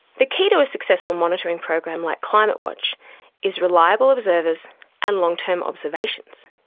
the key to a successful monitoring program like climatewatch is reliable observers and long-term observations.